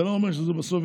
זה לא אומר שזה בסוף,